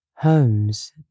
Holmes